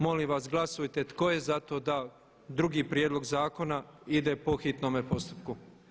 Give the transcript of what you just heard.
Molim vas glasujte tko je za to da drugi prijedlog zakona ide po hitnome postupku?